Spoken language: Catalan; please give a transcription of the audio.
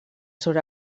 sobre